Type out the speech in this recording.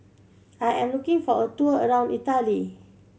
I am looking for a tour around Italy